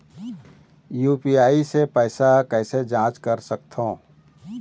UPI से पैसा कैसे जाँच कर सकत हो?